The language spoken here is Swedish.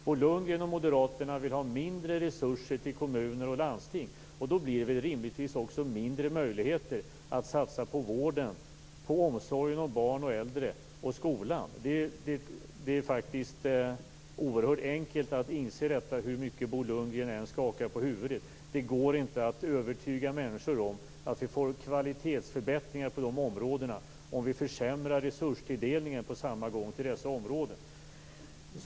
Bo Lundgren och moderaterna vill ha mindre resurser till kommuner och landsting, och då blir det rimligtvis också mindre möjligheter att satsa på vården, på omsorgen om barn och äldre och på skolan. Det är oerhört enkelt att inse detta, hur mycket Bo Lundgren än skakar på huvudet. Det går inte att övertyga människor om att vi får kvalitetsförbättringar på de områdena om vi försämrar resurstilldelningen till dessa områden på samma gång.